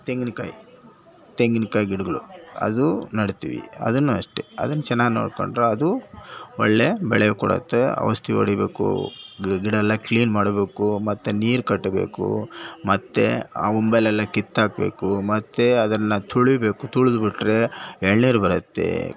ತೆಂಗಿನಕಾಯಿ ತೆಂಗಿನಕಾಯಿ ಗಿಡಗಳು ಅದು ನೆಡ್ತಿವಿ ಅದನ್ನೂ ಅಷ್ಟೆ ಅದನ್ನು ಚೆನ್ನಾಗಿ ನೋಡ್ಕೊಂಡ್ರೆ ಅದು ಒಳ್ಳೆಯ ಬೆಳೆ ಕೊಡುತ್ತೆ ಔಷಧಿ ಹೊಡಿಬೇಕು ಗಿಡ ಎಲ್ಲ ಕ್ಲೀನ್ ಮಾಡಬೇಕು ಮತ್ತು ನೀರು ಕಟ್ಟಬೇಕು ಮತ್ತು ಆ ಒಂಬೆಲೆಲ್ಲ ಕಿತ್ತು ಹಾಕಬೇಕು ಮತ್ತು ಅದನ್ನು ತುಳಿಬೇಕು ತುಳಿದು ಬಿಟ್ಟರೆ ಎಳನೀರು ಬರುತ್ತೆ